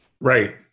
right